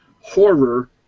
Horror